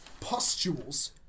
pustules